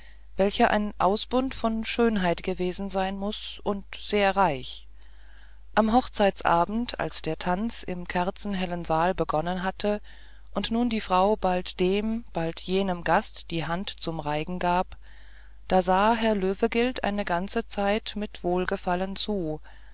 welche ein ausbund von schönheit gewesen sein muß und sehr reich am hochzeitabend als der tanz im kerzenhellen saal begonnen hatte und nun die frau bald dem bald jenem gast die hand zum reigen gab da sah herr löwegilt eine ganze zeit mit wohlgefallen zu